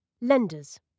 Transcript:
Lenders